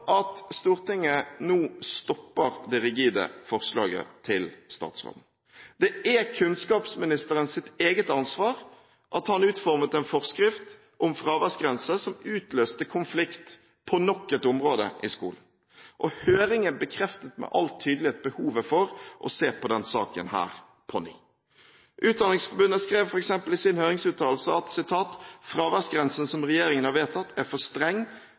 at Stortinget nå stopper det rigide forslaget til statsråden. Det er kunnskapsministerens eget ansvar at han utformet en forskrift om fraværsgrense som utløste konflikt på nok et område i skolen. Og høringen bekreftet med all tydelighet behovet for å se på denne saken på nytt. Utdanningsforbundet skrev f.eks. i sin høringsuttalelse at fraværsgrensen som regjeringen har vedtatt, er for streng